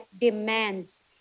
demands